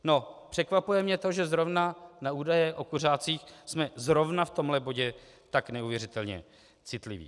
No, překvapuje mě to, že zrovna na údaje o kuřácích jsme zrovna v tomhle bodě tak neuvěřitelně citliví.